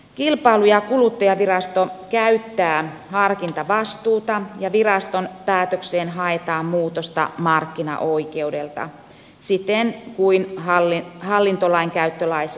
kilpailu ja kuluttajavirasto käyttää harkintavastuuta ja viraston päätökseen haetaan muutosta markkinaoikeudelta siten kuin hallintolainkäyttölaissa säädetään